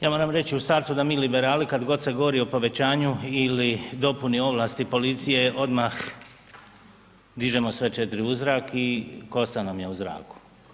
Ja moram reći u startu, da mi liberali, kad god se govori o povećanju ili dopuni ovlasti policije odmah dižemo sve 4 u zrak i kosa nam je u zraku.